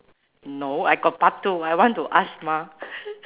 no I got part two I want to ask mah